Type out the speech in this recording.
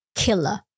killer 。